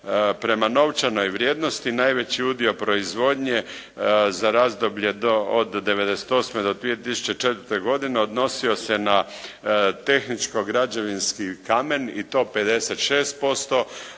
Prema novčanoj vrijednosti najveći udio proizvodnje za razdoblje od 98. do 2004. godine odnosio se na tehničko-građevinski kamen i to 56%,